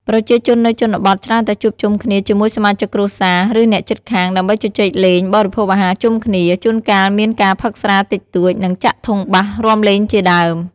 ប្រជាជននៅជនបទច្រើនតែជួបជុំគ្នាជាមួយសមាជិកគ្រួសារ ឬអ្នកជិតខាង ដើម្បីជជែកលេង បរិភោគអាហារជុំគ្នា ជួនកាលមានការផឹកស្រាតិចតួច និងចាក់ធុងបាសរាំលេងជាដើម។